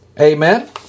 Amen